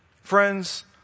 Friends